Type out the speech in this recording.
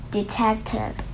Detective